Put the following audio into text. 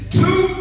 two